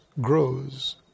grows